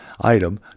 item